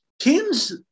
Teams